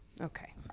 okay